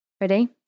Ready